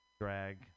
drag